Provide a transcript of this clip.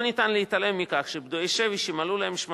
לא ניתן להתעלם מכך שפדויי שבי שמלאו להם 80